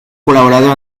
colaborado